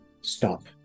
stop